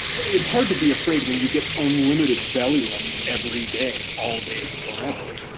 it's hard to be afraid when you get unlimited belly rubs every day, all day, forever.